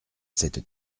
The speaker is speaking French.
cette